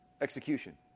execution